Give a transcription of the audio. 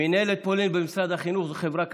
מינהלת פולין במשרד החינוך זאת חברה כלכלית.